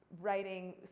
writing